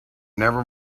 never